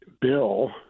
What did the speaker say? bill